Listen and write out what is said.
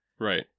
Right